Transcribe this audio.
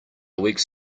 weeks